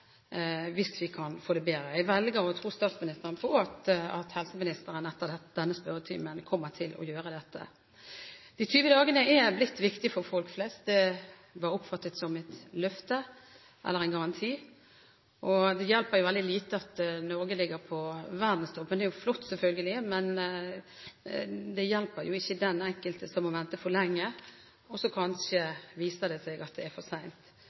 hvis vi kan få det bedre. Jeg velger å tro statsministeren på at helseministeren etter denne spørretimen kommer til å gjøre det. De 20 dagene er blitt viktige for folk flest, det var oppfattet som et løfte eller en garanti. Det hjelper veldig lite at Norge ligger på verdenstoppen – det er jo flott, selvfølgelig, men det hjelper jo ikke den enkelte som må vente for lenge hvis det kanskje viser seg at det er for